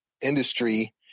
industry